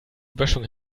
böschung